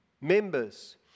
members